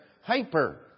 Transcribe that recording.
Hyper